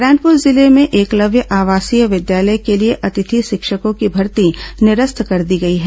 नारायणपुर जिले में एकलव्य आवासीय विद्यालय के लिए अतिथि शिक्षकों की भर्ती निरस्त कर दी गई है